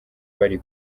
bari